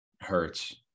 hurts